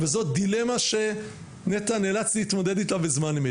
וזו דילמה שנטע נאלץ להתמודד איתה בזמן אמת.